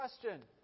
question